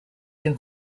can